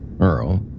Earl